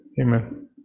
Amen